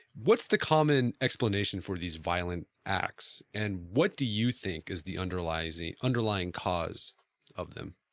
what's the common explanation for these violent acts and what do you think is the underlying the underlying cause of them?